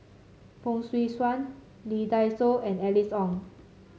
Fong Swee Suan Lee Dai Soh and Alice Ong